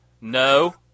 No